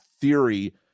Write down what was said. theory